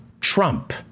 Trump